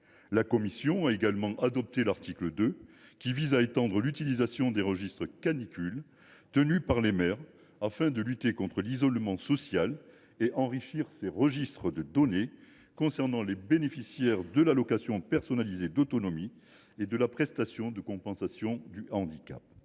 La commission a également adopté l’article 2, qui étend l’utilisation des registres canicule tenus par les maires afin de lutter contre l’isolement social et enrichit ces registres de données concernant les bénéficiaires de l’allocation personnalisée d’autonomie (APA) et de la prestation de compensation du handicap